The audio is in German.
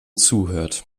zuhört